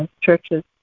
churches